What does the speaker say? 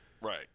Right